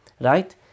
Right